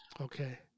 Okay